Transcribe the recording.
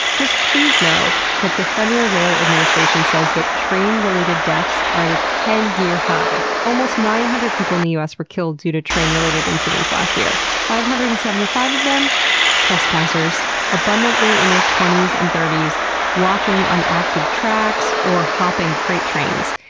just please know that the federal rail administration says that train related deaths are at a ten-year high. almost nine hundred people in the us were killed due to train related incidents last year. five hundred and seventy five of them trespassers, abundantly in their twenty s and thirty s walking on active tracks or hopping freight trains.